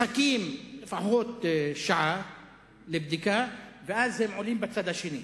מחכים לפחות שעה לבדיקה, ואז הם עולים בצד השני.